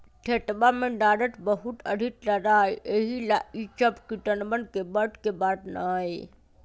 खेतवा में लागत बहुत अधिक लगा हई यही ला ई सब किसनवन के बस के बात ना हई